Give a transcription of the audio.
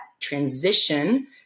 transition